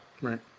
Right